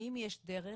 האם יש דרך